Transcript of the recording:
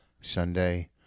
Sunday